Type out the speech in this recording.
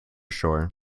shore